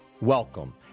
Welcome